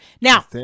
now